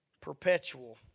perpetual